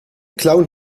clown